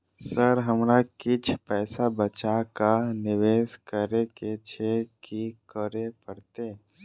Sir हमरा किछ पैसा बचा कऽ निवेश करऽ केँ छैय की करऽ परतै?